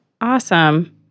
awesome